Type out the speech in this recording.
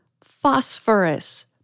phosphorus